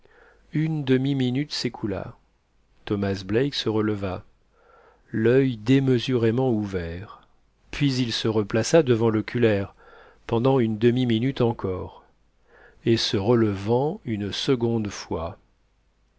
une demiminute s'écoula thomas black se releva l'oeil démesurément ouvert puis il se replaça devant l'oculaire pendant une demi-minute encore et se relevant une seconde fois